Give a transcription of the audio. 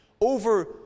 over